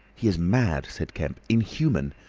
he is mad, said kemp inhuman.